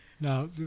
Now